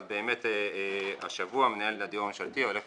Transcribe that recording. אז באמת השבוע מנהל הדיור הממשלתי הולך